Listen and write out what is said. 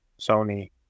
Sony